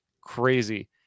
crazy